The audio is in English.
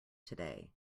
today